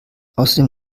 außerdem